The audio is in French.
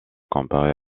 comparée